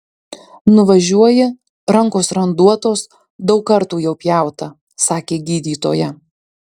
nuvažiuoji rankos randuotos daug kartų jau pjauta sakė gydytoja